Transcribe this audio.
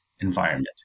environment